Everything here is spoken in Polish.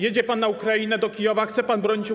Jedzie pan na Ukrainę do Kijowa, chce pan bronić Ukrainy.